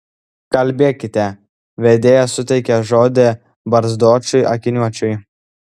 kalbėkite vedėja suteikė žodį barzdočiui akiniuočiui